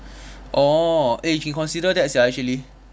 orh eh you can consider that sia actually